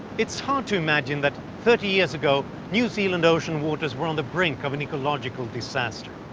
it's hard to imagine that thirty years ago, new zealand's ocean waters were on the brink of an ecological disaster.